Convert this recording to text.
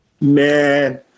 Man